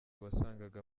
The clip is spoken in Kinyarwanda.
wasangaga